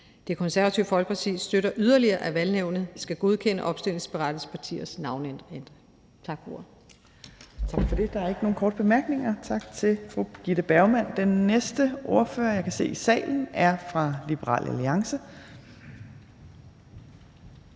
Det Konservative Folkeparti støtter yderligere, at Valgnævnet skal godkende opstillingsberettigede partiers navneændring. Tak for ordet. Kl. 12:15 Tredje næstformand (Trine Torp): Tak for det. Der er ikke nogen korte bemærkninger. Tak til fru Birgitte Bergman. Den næste ordfører, jeg kan se i salen, er fra Liberal Alliance,